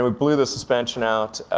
um blew the suspension out.